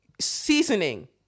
seasoning